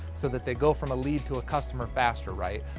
so that they go from a lead to a customer faster, right?